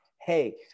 Hey